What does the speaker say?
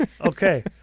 Okay